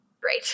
great